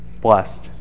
blessed